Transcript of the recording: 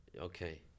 okay